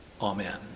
Amen